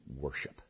worship